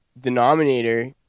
denominator